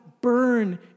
burn